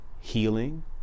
healing